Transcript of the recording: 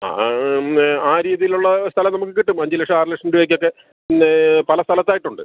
ആ ആ ഇന്ന് ആ രീതീയിലുള്ള സ്ഥലം നമുക്ക് കിട്ടും അഞ്ച് ലക്ഷം ആറ് ലക്ഷം രൂപയ്ക്കൊക്കെ പിന്നെ പല സ്ഥലത്തായിട്ടുണ്ട്